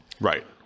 Right